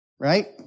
right